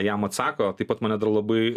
jam atsako taip pat mane labai